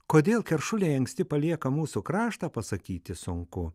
kodėl keršuliai anksti palieka mūsų kraštą pasakyti sunku